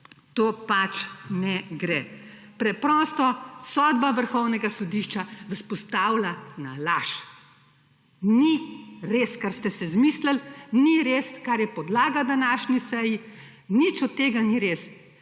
to pač ne gre. Preprosto sodba vrhovnega sodišča vas postavlja na laž. Ni res, kar ste si izmislili, ni res, kar je podlaga današnji seji, nič od tega ni res.